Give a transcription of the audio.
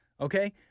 okay